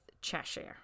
Cheshire